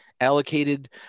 allocated